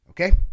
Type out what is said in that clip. Okay